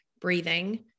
breathing